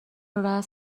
راس